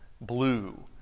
blue